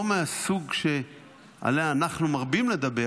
לא מהסוג שעליה אנחנו מרבים לדבר,